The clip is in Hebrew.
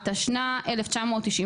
התשנ"ה-1995.